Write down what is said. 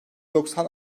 doksan